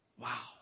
Wow